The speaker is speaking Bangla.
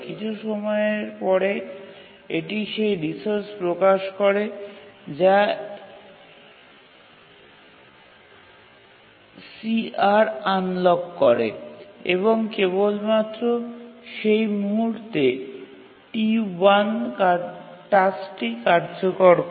কিছু সময়ের পরে এটি সেই রিসোর্স প্রকাশ করে যা CR আনলক করে এবং কেবলমাত্র সেই মুহুর্তে T1 টাস্কটি কার্যকর করে